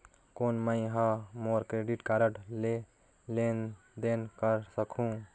कौन मैं ह मोर क्रेडिट कारड ले लेनदेन कर सकहुं?